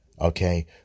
Okay